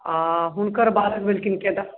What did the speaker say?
आ हुँनकर बालक भेलखिन केदार